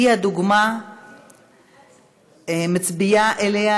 והיא הדוגמה המזוויעה לתוצאה שאליה